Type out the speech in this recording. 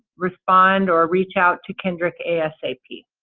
respond, or reach out to kendrick asap.